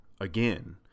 again